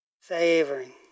savoring